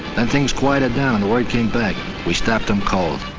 then things quieted down and word came back, we stopped em cold.